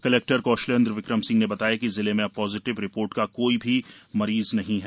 collector Kaushalendra Vikram Singh ने बताया कि जिले में अब पॉजिटिव रिपोर्ट का कोई भी मरीज नहीं है